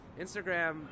Instagram